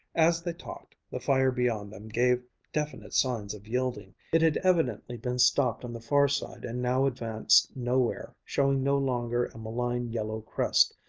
as they talked, the fire beyond them gave definite signs of yielding. it had evidently been stopped on the far side and now advanced nowhere, showed no longer a malign yellow crest,